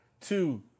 two